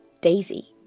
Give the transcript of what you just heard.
Daisy